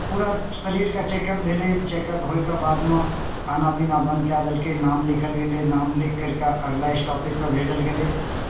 पूरा शरीरके चेकअप भेलै चेकअप होइके बादमे खाना पीना बन्द कए देलकै नाम लिखल गेलै नाम लिख करि कऽ अगिला स्टॉपेजपर भेजल गेलै